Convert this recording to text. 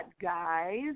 guys